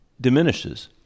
diminishes